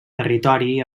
territori